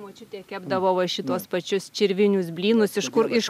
močiutė kepdavo va šituos pačius čirvinius blynus iš kur iš